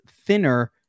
thinner